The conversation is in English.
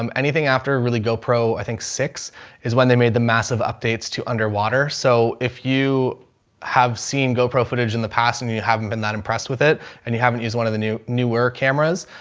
um anything after a really go pro, i think six is when they made the massive updates to underwater. so if you have seen gopro footage in the past and you haven't been that impressed with it and you haven't used one of the new newer cameras,